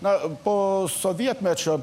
na po sovietmečio